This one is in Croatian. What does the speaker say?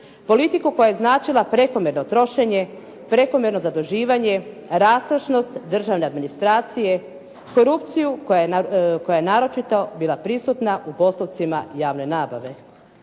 Politiku koja je značila prekomjerno trošenje, prekomjerno zaduživanje, rastrošnost državne administracije, korupciju koja je naročito bila prisutna u postupcima javne nabave.